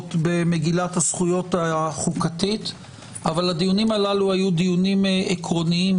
שקשורות במגילת הזכויות החוקתית אך הם היו עקרוניים